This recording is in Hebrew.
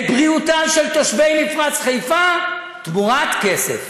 את בריאותם של תושבי מפרץ חיפה תמורת כסף.